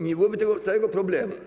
Nie byłoby tego całego problemu.